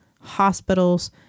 hospitals